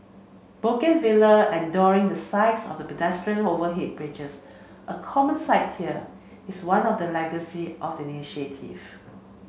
bougainvillea adorning the sides of pedestrian overhead bridges a common sight here is one of the legacy of the initiative